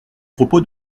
propos